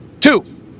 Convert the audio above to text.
two